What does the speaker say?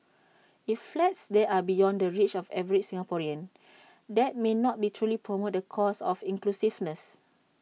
if flats there are beyond the reach of the average Singaporean that may not be truly promote the cause of inclusiveness